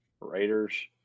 Raiders